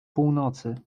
północy